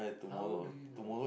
how do you know